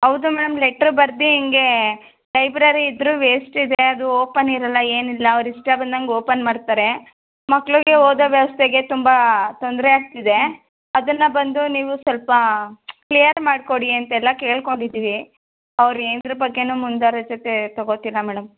ಹೌದು madam letter ಬರ್ದು ಹೀಗೇ ಲೈಬ್ರೆರಿ ಇದ್ರೂ ವೇಸ್ಟಿದೆ ಅದು ಓಪನ್ ಇರೋಲ್ಲ ಏನೂ ಇಲ್ಲ ಅವ್ರು ಇಷ್ಟ ಬಂದಂಗೆ ಓಪನ್ ಮಾಡ್ತಾರೆ ಮಕ್ಳಿಗೆ ಓದೋ ವ್ಯವಸ್ಥೆಗೆ ತುಂಬ ತೊಂದರೆ ಆಗ್ತಿದೆ ಅದನ್ನು ಬಂದು ನೀವು ಸ್ವಲ್ಪ ಕ್ಲಿಯರ್ ಮಾಡಿಕೊಡಿ ಅಂತೆಲ್ಲ ಕೇಳಿಕೊಂಡಿದೀವಿ ಅವ್ರು ಏನ್ದ್ರು ಬಗ್ಗೆನೂ ಮುಂದಾರೋಚತೆ ತೊಗೋತಿಲ್ಲ ಮೇಡಮ್